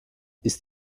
ist